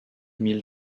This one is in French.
mille